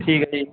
ਠੀਕ ਹੈ ਜੀ